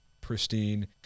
pristine